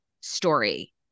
story